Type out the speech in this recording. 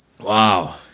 Wow